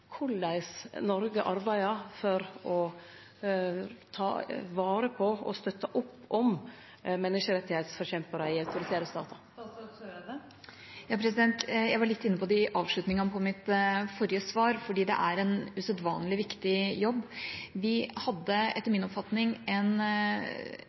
arbeider for å ta vare på og støtte opp om menneskerettsforkjemparar i autoritære statar? Jeg var litt inne på det i avslutningen av mitt forrige svar. Det er en usedvanlig viktig jobb. Vi hadde etter